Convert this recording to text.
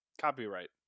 Copyright